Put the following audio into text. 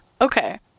Okay